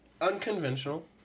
unconventional